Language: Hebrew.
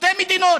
שתי מדינות.